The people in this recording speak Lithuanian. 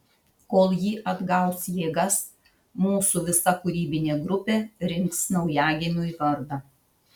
kol ji atgaus jėgas mūsų visa kūrybinė grupė rinks naujagimiui vardą